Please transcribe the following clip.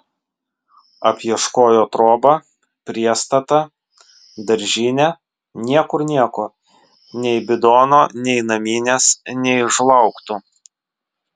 apieškojo trobą priestatą daržinę niekur nieko nei bidono nei naminės nei žlaugtų